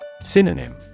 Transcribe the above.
Synonym